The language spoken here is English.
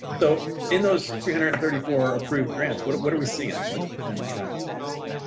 so, in those three hundred and thirty four approved grants, what what are we seeing? what kind of trends are you seeing? um